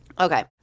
Okay